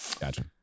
Gotcha